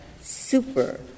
super